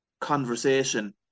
conversation